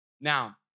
Now